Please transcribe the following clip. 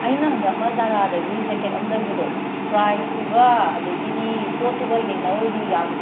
ꯑꯩꯅ ꯍꯟꯗꯛ ꯑꯃ ꯖꯥꯔꯥꯗꯒꯤ ꯖꯦꯀꯦꯠ ꯑꯃ ꯂꯩꯕꯗꯣ ꯄ꯭ꯔꯥꯏꯁꯇꯨꯒ ꯑꯗꯒꯤꯗꯤ ꯄꯣꯠꯇꯨꯒ ꯌꯦꯡꯅꯄꯔꯨꯔꯗꯤ ꯌꯥꯝꯅ